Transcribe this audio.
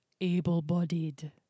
able-bodied